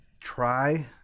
try